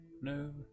no